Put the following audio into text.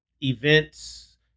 events